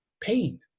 pain